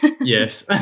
Yes